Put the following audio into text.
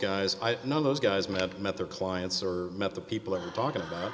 guys i know those guys met met their clients or met the people are talking about